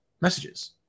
messages